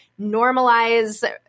normalize